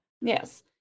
yes